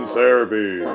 Therapy